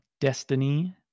Destiny